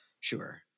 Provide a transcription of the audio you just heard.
Sure